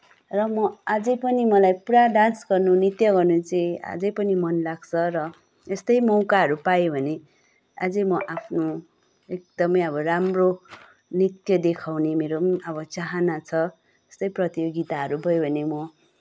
र म अझै पनि मलाई पुरा डान्स गर्न नृत्य गर्न चाहिँ अझै पनि मन लाग्छ र यस्तै मौकाहरू पाएँ भने अझै म आफ्नो एकदमै अब राम्रो नृत्य देखाउने मेरो पनि चाहना छ यस्तै प्रतियोगिताहरू भयो भने म